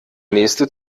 nächste